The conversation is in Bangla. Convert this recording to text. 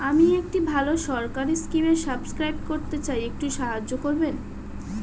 আমি একটি ভালো সরকারি স্কিমে সাব্সক্রাইব করতে চাই, একটু সাহায্য করবেন?